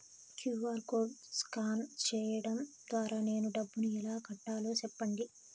QR code scan సేయడం ద్వారా నేను డబ్బును ఎలా కట్టాలో సెప్పండి?